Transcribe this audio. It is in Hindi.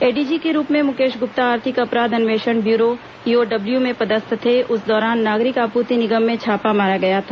एडीजी के रूप में मुकेश गुप्ता आर्थिक अपराध अन्वेषण ब्यूरो ईओडब्ल्यू में पदस्थ थे उस दौरान नागरिक आपूर्ति निगम में छापा मारा गया था